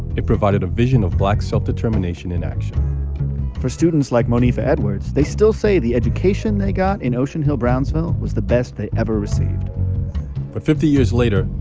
it provided a vision of black self-determination in action for students like monifa edwards, they still say the education they got in ocean hill-brownsville was the best they ever received but fifty years later,